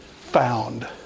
found